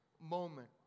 moment